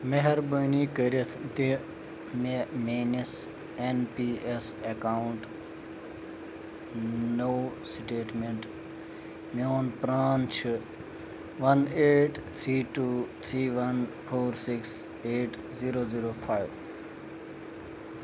مہربٲنی کٔرِتھ دِ مےٚ میٲنس این پی اٮ۪س اٮ۪کاوُنٹ نوٚو سِٹیٹمٮ۪نٹ میون پران چھِ one eight three two three one four six eight zero zero five